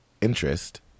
interest